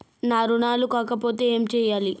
నా రుణాలు కాకపోతే ఏమి చేయాలి?